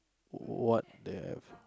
what their